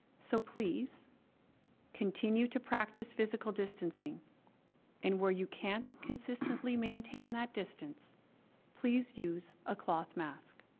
so please continue to practice physical distancing and where you can't consistently maintain that distance please use a cloth mask